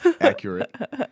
accurate